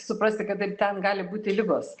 suprasti kad taip ten gali būti ligos